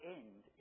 end